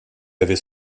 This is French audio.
avait